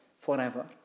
forever